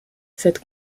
cette